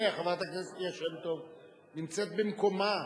הנה, חברת הכנסת ליה שמטוב נמצאת במקומה.